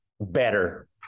better